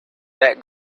that